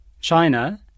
China